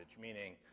meaning